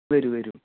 വരൂ വരു